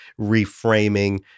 reframing